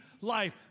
life